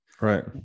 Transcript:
Right